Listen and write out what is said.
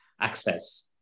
access